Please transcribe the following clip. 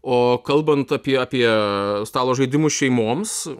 o kalbant apie apie stalo žaidimus šeimoms